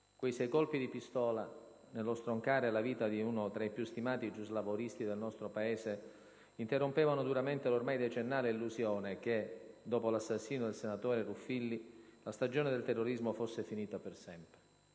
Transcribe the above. Quei sei colpi di pistola, nello stroncare la vita di uno tra i più stimati giuslavoristi del nostro Paese, interrompevano duramente l'ormai decennale illusione che, dopo l'assassinio del senatore Ruffilli, la stagione del terrorismo fosse finita per sempre.